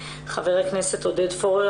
חבר הכנסת עודד פורר,